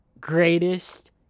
greatest